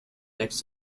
fix